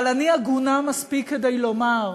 אבל אני הגונה מספיק כדי לומר: